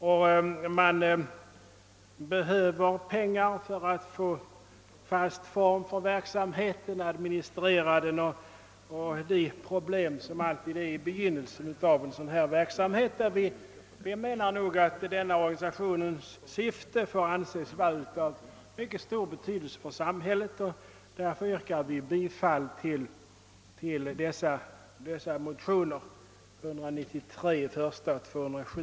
Organisationen behöver pengar för att ge verksamheten fast form och för att kunna administrera arbetet och klara av de problem som alltid uppstår i början av en verksamhet av detta slag. Vi menar att denna organisations syfte ligger i linje med samhällets intresse, och därför yrkar jag bifall till de nämnda motionerna, I: 193 och II: 207.